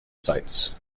sites